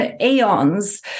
eons